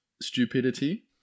stupidity